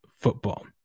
football